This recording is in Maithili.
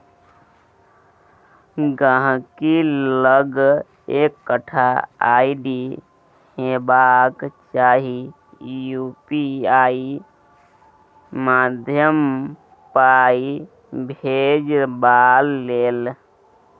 गांहिकी लग एकटा आइ.डी हेबाक चाही यु.पी.आइ माध्यमसँ पाइ भेजबाक लेल